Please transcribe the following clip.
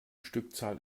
stückzahl